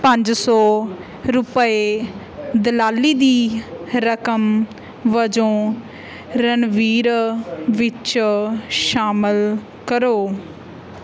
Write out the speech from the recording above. ਪੰਜ ਸੌ ਰੁਪਏ ਦਲਾਲੀ ਦੀ ਰਕਮ ਵਜੋਂ ਰਣਬੀਰ ਵਿੱਚ ਸ਼ਾਮਲ ਕਰੋ